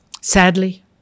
sadly